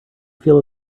feel